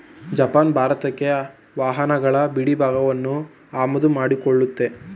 Japan ಭಾರತಕ್ಕೆ ವಾಹನಗಳ ಬಿಡಿಭಾಗಗಳನ್ನು ಆಮದು ಮಾಡಿಕೊಳ್ಳುತ್ತೆ